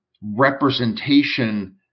representation